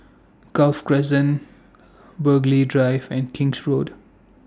Golf Crescent Burghley Drive and King's Road